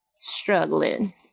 struggling